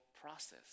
process